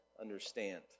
understand